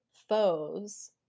foes